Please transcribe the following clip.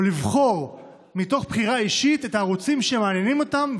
או לבחור מתוך בחירה אישית את הערוצים שמעניינים אותם,